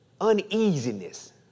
uneasiness